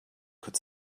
could